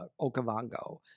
Okavango